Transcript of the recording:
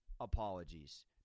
apologies